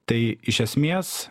tai iš esmės